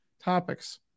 topics